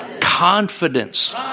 confidence